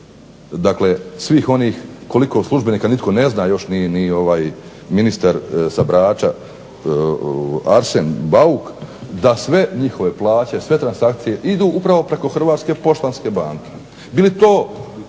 svih onih koliko službenika nitko ne zna ni ministar s Brača Arsen Bauk da sve njihove plaće, sve transakcije idu upravo preko Hrvatske poštanske banke. Bi li to